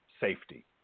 safety